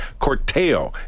Corteo